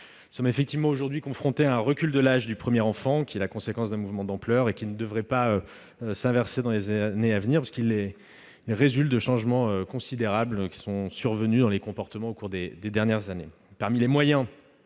Nous sommes effectivement aujourd'hui confrontés à un recul de l'âge à la naissance du premier enfant, qui est la conséquence d'un mouvement d'ampleur et qui ne devrait pas s'inverser dans les années à venir, parce qu'il résulte de changements considérables qui sont survenus dans les comportements au cours des dernières années.